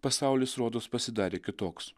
pasaulis rodos pasidarė kitoks